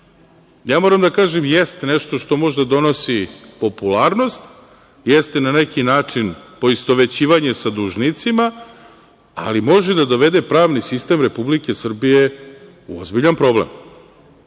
moram da kažem – jeste nešto što možda donosi popularnost, jeste, na neki način, poistovećivanje sa dužnicima, ali može da dovede pravni sistem Republike Srbije u ozbiljan problem. Neću